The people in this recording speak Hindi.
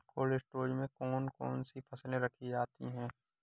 कोल्ड स्टोरेज में कौन कौन सी फसलें रखी जाती हैं?